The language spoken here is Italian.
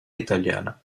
italiana